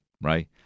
right